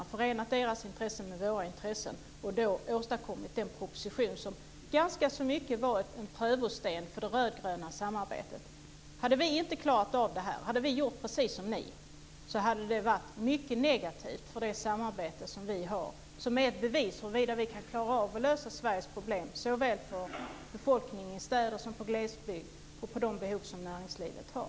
Vi har förenat deras intressen med våra intressen och då åstadkommit den proposition som ganska så mycket varit en prövosten för det röd-gröna samarbetet. Hade vi inte klarat av detta och gjort precis som ni, skulle det ha varit mycket negativt för det samarbete som vi har och som är ett bevis på huruvida vi kan klara av att lösa Sveriges problem för befolkningen såväl i städer som i glesbygd samt när det gäller de behov som näringslivet har.